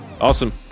awesome